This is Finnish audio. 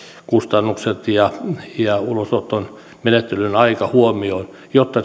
kustannukset ja ja ulosottomenettelyn aika huomioon jotta